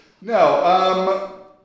No